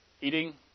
eating